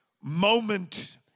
moment